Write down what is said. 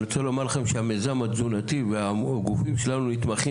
אני רוצה לומר לכם שהמיזם התזונתי וגופים שלנו נתמכים